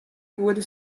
goede